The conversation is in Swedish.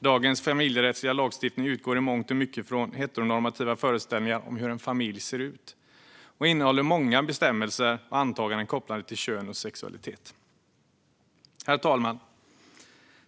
Dagens familjerättsliga lagstiftning utgår i mångt och mycket från heteronormativa föreställningar om hur en familj ser ut och innehåller många bestämmelser och antaganden kopplade till kön och sexualitet. Herr talman!